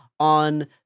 on